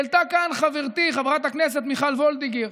העלתה כאן חברתי חברת הכנסת מיכל וולדיגר,